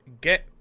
get